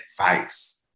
advice